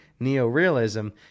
neorealism